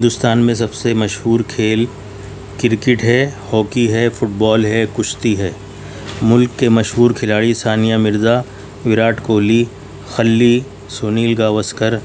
ہندوستان میں سب سے مشہور کھیل کرکٹ ہے ہاکی ہے فٹ بال ہے کُشتی ہے ملک کے مشہور کھلاڑی ثانیہ مرزا وراٹ کوہلی کھلی سنیل گواسکر